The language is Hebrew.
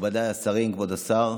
מכובדיי השרים, כבוד השר,